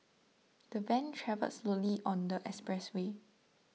the van travelled slowly on the expressway